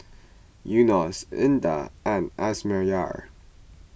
Yunos Indah and Amsyar